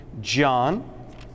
John